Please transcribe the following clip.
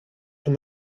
του